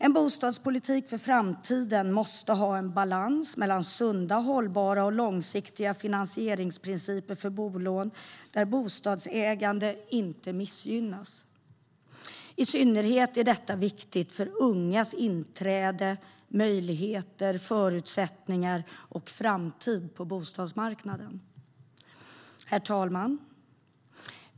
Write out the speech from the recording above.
En bostadspolitik för framtiden måste ha en balans mellan sunda, hållbara och långsiktiga finansieringsprinciper för bolån där bostadsägande inte missgynnas. I synnerhet är detta viktigt för ungas inträde, möjligheter, förutsättningar och framtid på bostadsmarknaden. Herr talman!